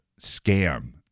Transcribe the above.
scam